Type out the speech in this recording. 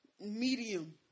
medium